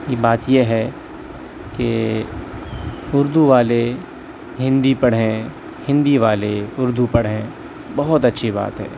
کی بات یہ ہے کہ اردو والے ہندی پڑھیں ہندی والے اردو پڑھیں بہت اچھی بات ہے